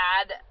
add